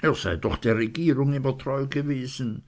er sei doch der regierung immer treu gewesen